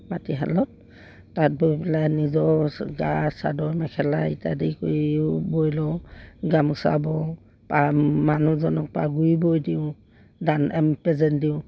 মাটিশালত তাত বৈ পেলাই নিজৰ গা চাদৰ মেখেলা ইত্যাদি কৰি বৈ লওঁ গামোচা বওঁ মানুহজনক পাগুৰি বৈ দিওঁ দিওঁ